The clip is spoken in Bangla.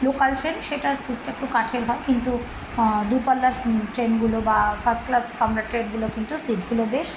লোকাল ট্রেন সেটার সিটটা একটু কাঠের হয় কিন্তু দূরপাল্লার ট্রেনগুলো বা ফার্স্ট ক্লাস কামরার ট্রেনগুলো কিন্তু সিটগুলো বেশ